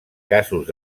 casos